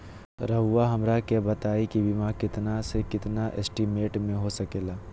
रहुआ हमरा के बताइए के बीमा कितना से कितना एस्टीमेट में हो सके ला?